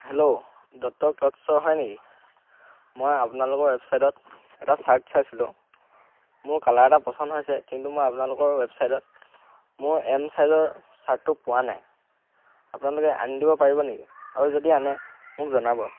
hello Dutta cloth store হয় নেকি মই আপোনালোকৰ ৱেবছাইটত এটা চাৰ্ট চাইছিলোঁ মোৰ কালাৰ এটা পচন্দ হৈছে কিন্তু মই আপোনালোকৰ ৱেবছাইটত মোৰ এম চাইজৰ চাৰ্টটো পোৱা নাই আপোনালোকে আনি দিব পাৰিব নেকি আৰু যদি আনে মোক জনাব